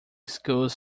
schools